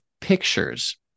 pictures